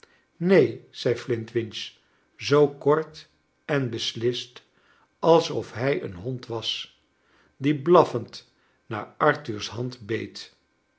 neen zei flintwinch zoo kort en beslist alsof hij een hond was die blaffend naar arthur's hand beet